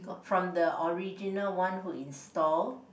from the original one who install